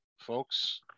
folks